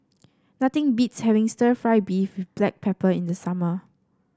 nothing beats having stir fry beef with Black Pepper in the summer